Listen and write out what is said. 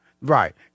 Right